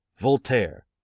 voltaire